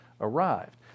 arrived